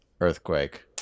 earthquake